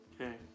Okay